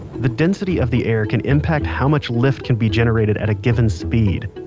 the density of the air can impact how much lift can be generated at a given speed.